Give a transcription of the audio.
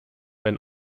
wenn